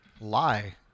lie